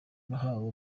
nahawe